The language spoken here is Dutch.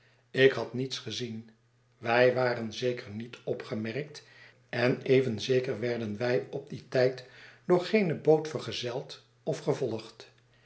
ik had niets gezien wij waren zeker niet opgemerkt en even zeker werden wij op dien tijd door geene boot vergezeld of gevolgd